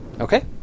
Okay